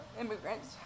immigrants